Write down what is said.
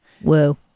Whoa